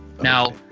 now